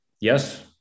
Yes